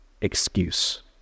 excuse